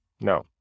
No